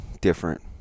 different